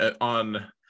on